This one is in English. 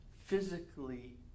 physically